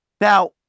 Now